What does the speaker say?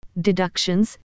deductions